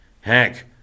Heck